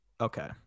Okay